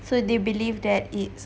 so do you believe that it's